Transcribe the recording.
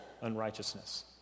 unrighteousness